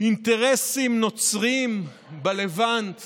אינטרסים נוצריים בלבנט